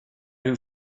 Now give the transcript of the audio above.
who